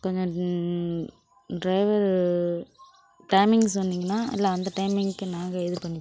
கொஞ்சம் driver timing சொன்னிங்கன்னால் இல்லை அந்த டைமிங்க்கு நாங்கள் இது பண்ணிப்போம்